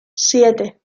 siete